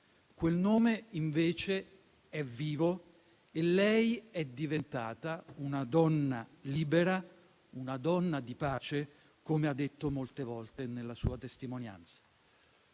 quel nome invece è vivo e lei è diventata una donna libera e di pace, come ha detto molte volte nella sua testimonianza.